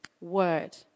word